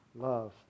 love